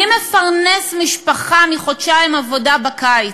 מי מפרנס משפחה מחודשיים עבודה בקיץ?